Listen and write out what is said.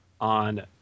on